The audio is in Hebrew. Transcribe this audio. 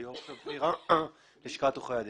אני מלשכת עורכי הדין.